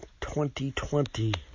2020